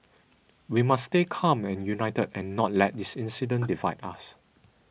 we must stay calm and united and not let this incident divide us